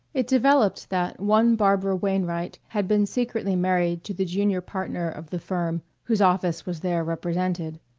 it developed that one barbara wainwright had been secretly married to the junior partner of the firm whose office was there represented.